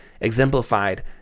exemplified